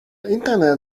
internet